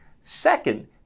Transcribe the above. Second